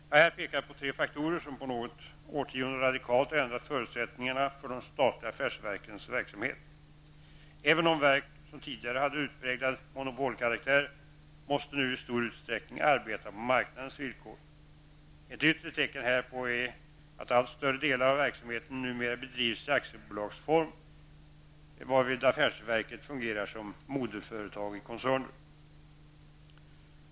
Jag har här pekat på tre faktorer som på något årtionde radikalt har ändrat förutsättningarna för de statliga affärsverkens verksamhet. Även de verk som tidigare hade utpräglad monopolkaraktär måste nu i stor utsträckning arbeta på marknadens villkor. Ett yttre tecken härpå är att allt större delar av verksamheten numera bedrivs i aktiebolagsform, varvid affärsverket fungerar som moderföretag i koncerner.